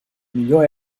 millor